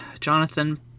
Jonathan